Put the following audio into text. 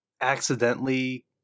accidentally